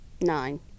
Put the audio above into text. Nine